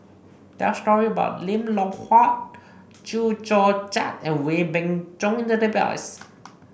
there are story about Lim Loh Huat Chew Joo Chiat and Wee Beng Chong in the database